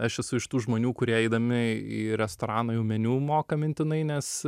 aš esu iš tų žmonių kurie eidami į restoraną jau meniu moka mintinai nes